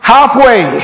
Halfway